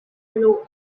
yellow